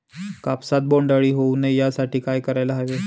कापसात बोंडअळी होऊ नये यासाठी काय करायला हवे?